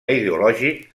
ideològic